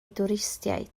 dwristiaid